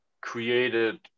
created